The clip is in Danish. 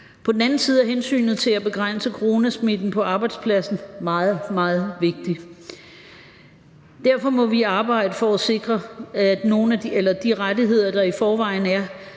På den anden side er hensynet til at begrænse coronasmitten på arbejdspladsen meget, meget vigtigt. Derfor må vi arbejde for at sikre de rettigheder, der i forvejen er,